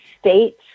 states